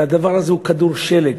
והדבר הזה הוא כדור שלג,